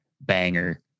banger